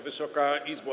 Wysoka Izbo!